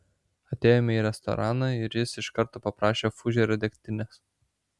atėjome į restoraną ir jis iš karto paprašė fužero degtinės